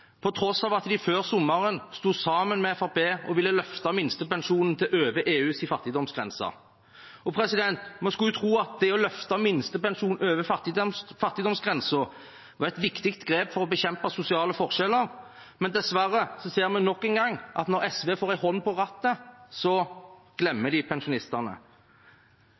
til over EUs fattigdomsgrense. Vi skulle tro at å løfte minstepensjonen over fattigdomsgrensen var et viktig grep for å bekjempe sosiale forskjeller, men dessverre ser vi nok en gang at når SV får en hånd på rattet, glemmer de pensjonistene.